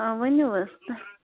آ ؤنِو حظ تۅہہِ